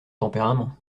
tempérament